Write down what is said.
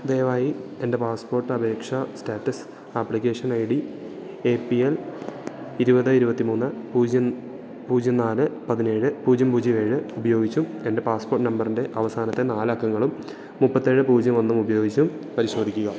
ദയവായി എൻ്റെ പാസ്പോർട്ട് അപേക്ഷാ status application I D A P L ഇരുപത് ഇരുപത്തിമൂന്ന് പൂജ്യം പൂജ്യം നാല് പതിനേഴ് പൂജ്യം പൂജ്യം ഏഴ് ഉപയോഗിച്ചും എൻ്റെ പാസ്പോർട്ട് നമ്പറിൻ്റെ അവസാനത്തെ നാല് അക്കങ്ങളും മുപ്പത്തിയേഴ് പൂജ്യം ഒന്ന് ഉപയോഗിച്ചും പരിശോധിക്കുക